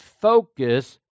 focus